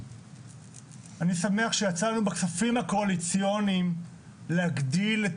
אני שמח שבכספים הקואליציוניים יכולנו להגדיל את